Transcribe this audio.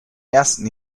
ersten